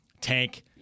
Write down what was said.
Tank